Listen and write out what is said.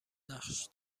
نقش